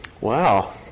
Wow